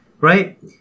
right